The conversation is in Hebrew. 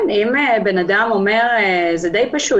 כן, זה די פשוט.